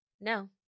No